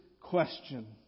question